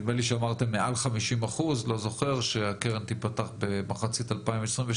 נדמה לי שאמרתם מעל 50% שהקרן תיפתח במחצית 2022,